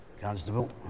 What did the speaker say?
Constable